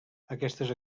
aquestes